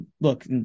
Look